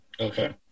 okay